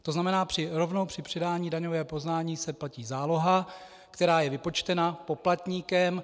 To znamená, rovnou při předání daňového přiznání se platí záloha, která je vypočtena poplatníkem.